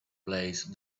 place